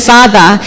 Father